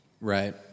right